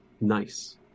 nice